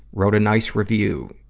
wrote a nice review,